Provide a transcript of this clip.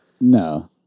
No